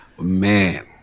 Man